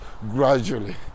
gradually